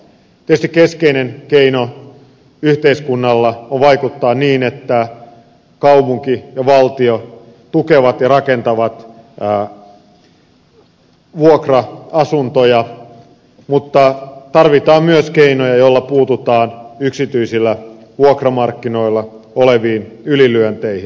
tietysti keskeinen keino yhteiskunnalla on vaikuttaa niin että kaupunki ja valtio tukevat ja rakentavat vuokra asuntoja mutta tarvitaan myös keinoja joilla puututaan yksityisillä vuokramarkkinoilla oleviin ylilyönteihin